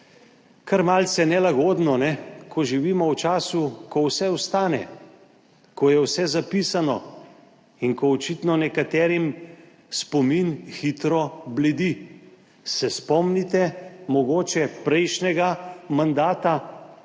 kar malce nelagodno, ko živimo v času, ko vse ostane, ko je vse zapisano in ko očitno nekaterim spomin hitro bledi. Se mogoče spomnite prejšnjega mandata,